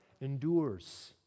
endures